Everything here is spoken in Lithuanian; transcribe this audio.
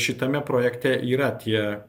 šitame projekte yra tie